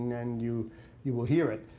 and then you you will hear it.